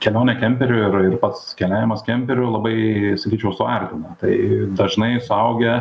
kelionė kemperiu ir ir pats keliavimas kemperiu labai sakyčiau suartina tai dažnai suaugę